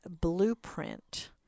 Blueprint